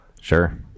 Sure